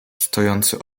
stojący